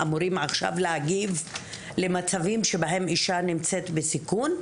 אמורים עכשיו להגיב למצבים שבהם אישה נמצאת בסיכון?